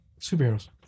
superheroes